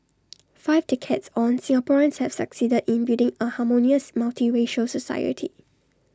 five decades on Singaporeans have succeeded in building A harmonious multiracial society